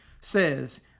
says